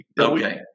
Okay